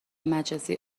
مجازی